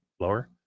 lower